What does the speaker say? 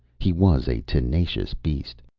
he was a tenacious beast.